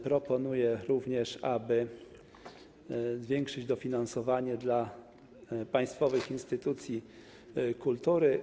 Proponuję również, aby zwiększyć dofinansowanie dla państwowych instytucji kultury.